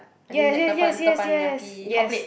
yes yes yes yes yes yes